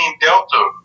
Delta